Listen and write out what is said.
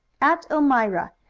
at elmira.